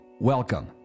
Welcome